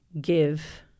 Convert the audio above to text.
give